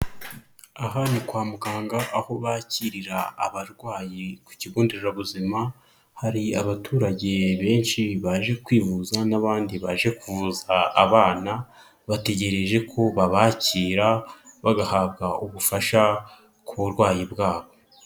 Aha ni kwa muganga aho bakirira abarwayi ku kigo nderabuzima, hari abaturage benshi baje kwivuza n'abandi baje kuvuza abana, bategereje ko babakira bagahabwa ubufasha ku burwayi bwabo.